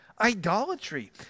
idolatry